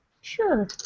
sure